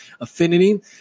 affinity